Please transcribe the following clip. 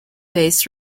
based